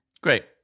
Great